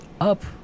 up